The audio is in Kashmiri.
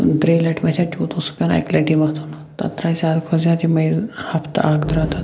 ترٛیٚیہِ لٹہِ متھے تیوٗت اوس سُہ پٮ۪وان اَکہِ لٹی مَتھُن تَتھ درٛاے زیادٕ کھۄتہٕ زیادٕ یِمَے ہفتہٕ اکھ درٛاو تَتھ